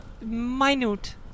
minute